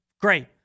Great